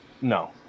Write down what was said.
no